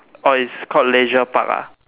orh it's called Leisure Park ah